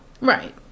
right